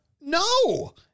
No